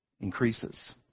increases